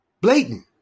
Blatant